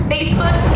Facebook